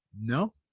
No